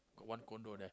got one condo there